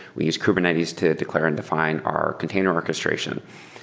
we use kubernetes to declare and define our container orchestration.